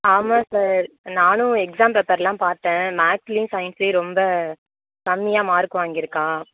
ஆமாம் சார் நானும் எக்ஸாம் பேப்பர் எல்லாம் பார்த்தேன் மேக்ஸ்லையும் சைன்ஸ்லையும் ரொம்ப கம்மியாக மார்க் வாங்கிருக்கான்